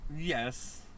Yes